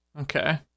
Okay